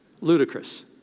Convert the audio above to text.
Ludicrous